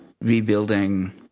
rebuilding